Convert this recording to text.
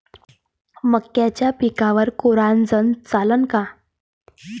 मक्याच्या पिकावर कोराजेन चालन का?